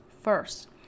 first